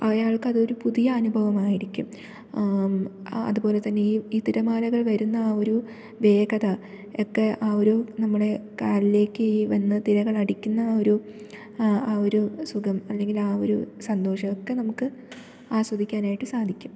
അയാൾക്ക് അതൊരു പുതിയ അനുഭവമായിരിക്കും അതുപോലെ തന്നെ ഈ തിരമാലകൾ വരുന്ന ആ ഒരു വേഗതയൊക്കെ ആ ഒരു നമ്മുടെ കാലിലേക്ക് ഈ വന്ന് തിരകൾ അടിക്കുന്ന ആ ഒരു ആ ഒരു സുഖം അല്ലെങ്കിൽ ആ ഒരു സന്തോഷമൊക്കെ നമുക്ക് ആസ്വദിക്കാനായിട്ട് സാധിക്കും